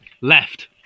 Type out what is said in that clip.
Left